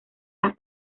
las